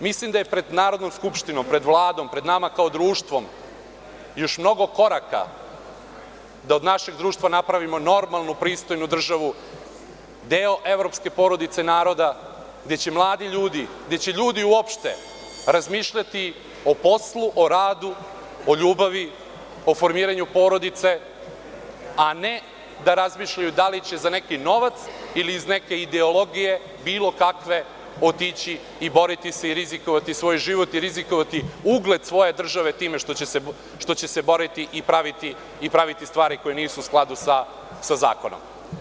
Mislim da je pred Narodnom skupštinom, pred Vladom, pre nama kao društvom još mnogo koraka da od našeg društva napravimo normalnu, pristojnu državu, deo evropske porodice naroda gde će mladi ljudi, gde će ljudi uopšte razmišljati o poslu, o radu, o ljubavi, o formiranju porodice, a ne da razmišljaju da li će za neki novac ili iz neke ideologije bilo kakve otići i boriti se i rizikovati svoj život i rizikovati ugled svoje države time što će se boriti i praviti stvari koje nisu u skladu sa zakonom.